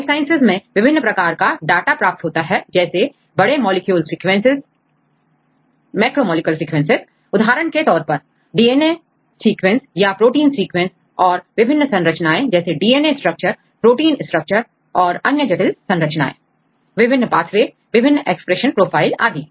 life sciences में विभिन्न प्रकार का डाटा प्राप्त होता है जैसे बड़े मॉलिक्यूल सीक्वेंसेस macro molecule sequenceउदाहरण के तौर पर डीएनए सीक्वेंस या प्रोटीन सीक्वेंस और विभिन्न संरचनाएं जैसे डीएनए स्ट्रक्चर प्रोटीन स्ट्रक्चर अन्य जटिल संरचनाएं विभिन्न पाथवे विभिन्न एक्सप्रेशन प्रोफाइल आदि